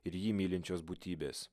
ir jį mylinčios būtybės